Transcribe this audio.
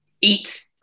eat